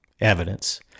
evidence